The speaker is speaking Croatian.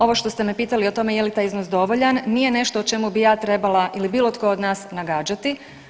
Ovo što ste me pitali o tome je li taj iznos dovoljan nije nešto o čemu bi ja trebala ili bilo tko od nas nagađati.